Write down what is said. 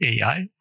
AI